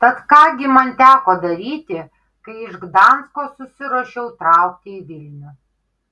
tad ką gi man teko daryti kai iš gdansko susiruošiau traukti į vilnių